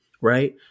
right